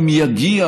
אם יגיע,